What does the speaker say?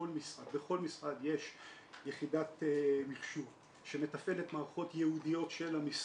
בכל משרד יש יחידת מחשוב שמתפעלת מערכות ייעודיות של המשרד.